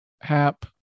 Hap